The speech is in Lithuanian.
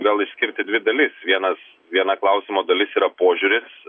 gal išskirti dvi dalis vienas viena klausimo dalis yra požiūris